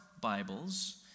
Bibles